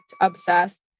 Obsessed